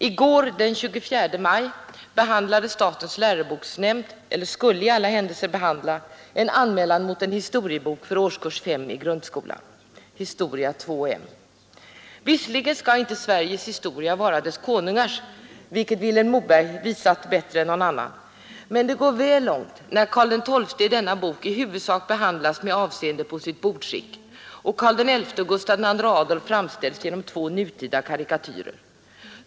I går, den 24 maj, skulle enligt uppgift statens läroboksnämnd behandla en anmälan mot en historiebok för årskurs 5 i grundskolan, Historia 2M. Visserligen skall inte Sveriges historia vara dess konungars, vilket Vilhelm Moberg visat bättre än någon annan, men det går väl långt när Karl XII i denna bok i huvudsak behandlas med avseende på sitt bordsskick och Karl XI och Gustaf II Adolf framställs genom två nutida karikatyrer.